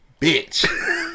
Bitch